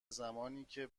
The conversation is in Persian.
زمانیکه